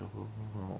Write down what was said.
oh